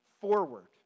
forward